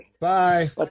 Bye